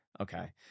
Okay